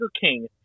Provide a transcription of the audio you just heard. King